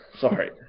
sorry